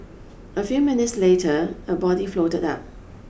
a few minutes later a body floated up